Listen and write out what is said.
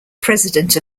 president